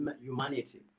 humanity